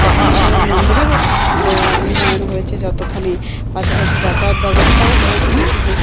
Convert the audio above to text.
দক্ষিণেশ্বরের মন্দিরেরও ঠিক উন্নয়ন হয়েছে যতখানি পাশাপাশি যাতায়াত ব্যবস্থাও হয়েছে যেটুকু